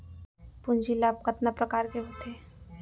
पूंजी लाभ कतना प्रकार के होथे?